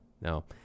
no